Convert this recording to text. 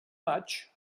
maig